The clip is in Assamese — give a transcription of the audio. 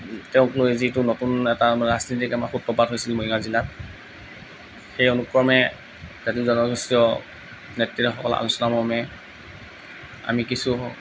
তেওঁক লৈ যিটো নতুন এটা ৰাজনীতিক আমাৰ সূত্ৰপাত হৈছিল মৰিগাঁও জিলাত সেই অনুক্ৰমে জাতি জনগোষ্ঠীয় নেত্ৰীসকলৰ আলোচনামৰ্মে আমি কিছু